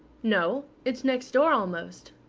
no. it's next door almost.